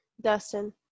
Dustin